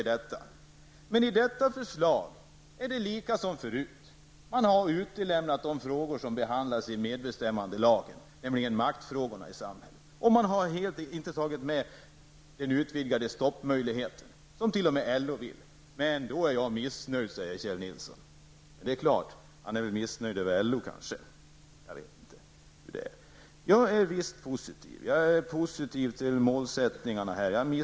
När det gäller detta förslag är det precis likadant som tidigare: Man har utelämnat de frågor som behandlas i medbestämmandelagen, nämligen maktfrågorna i samhället. Man har helt enkelt inte tagit med detta med den utvidgade stoppmöjligheten -- något som t.o.m. LO vill ha med. I stället hänvisar Kjell Nilsson bara till mitt missnöje. Men det kanske är så, att Kjell Nilsson är missnöjd med LO -- vad vet jag? Jo, jag är visst positiv! Jag är nämligen positiv till målsättningarna i det här sammanhanget.